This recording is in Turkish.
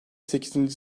sekizinci